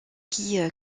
qui